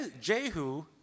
Jehu